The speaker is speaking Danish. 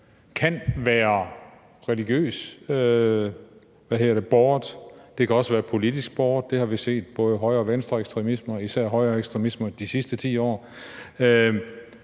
har vi set i Europa. Det kan også være politisk båret; det har vi set med både højre- og venstreekstremisme, især højreekstremisme, de sidste 10 år.